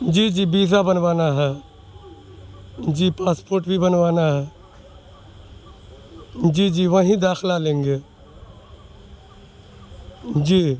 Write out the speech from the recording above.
جی جی ویزا بنوانا ہے جی پاسپورٹ بھی بنوانا ہے جی جی وہیں داخلہ لیں گے جی